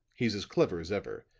he's as clever as ever,